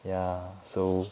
ya so